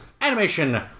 animation